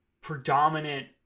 predominant